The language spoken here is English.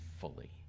fully